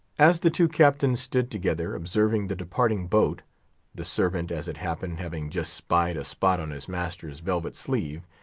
as the two captains stood together, observing the departing boat the servant, as it happened, having just spied a spot on his master's velvet sleeve,